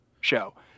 show